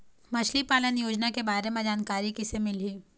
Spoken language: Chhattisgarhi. मछली पालन योजना के बारे म जानकारी किसे मिलही?